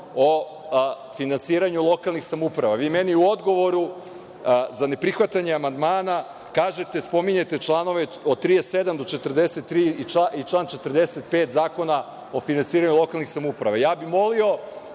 o finansiranju lokalnih samouprava. Vi meni u odgovoru za neprihvatanje amandmana kažete, spominjete čl. od 37. do 43. i član 45. Zakona o finansiranju lokalnih samouprava. Ja bih molio,